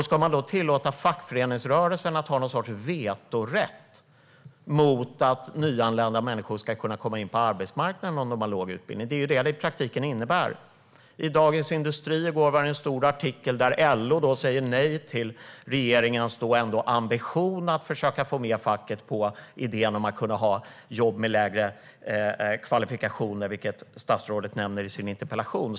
Ska man då tillåta fackföreningsrörelsen att ha något slags vetorätt mot att nyanlända ska kunna komma in på arbetsmarknaden om de har låg utbildning? Det är ju detta det i praktiken innebär. I Dagens industri i går var det en stor artikel där LO säger nej till regeringens ambition att få med facket på idén om att ha jobb med lägre kvalifikationer, som statsrådet nämner i sitt interpellationssvar.